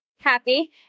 happy